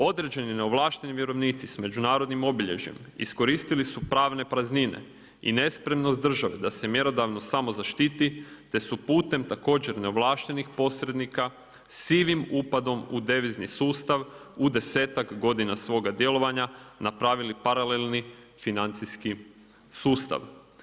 Određeni neovlašteni vjerovnici sa međunarodnim obilježjem iskoristili su pravne praznine i nespremnost države da se mjerodavnost samo zaštiti te su putem također neovlaštenih posrednika sivim upadom u devizni sustav u desetak godina svoga djelovanja napravili paralelni financijski sustav.